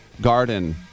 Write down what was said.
garden